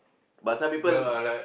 but some people